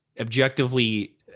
objectively